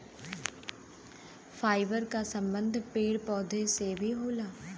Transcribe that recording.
fibre क संबंध पेड़ पौधा से भी होला